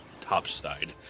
topside